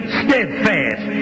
steadfast